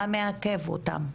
מה מעכב אותם?